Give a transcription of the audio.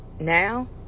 now